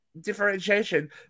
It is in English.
differentiation